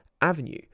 avenue